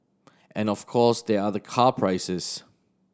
and of course there are the car prices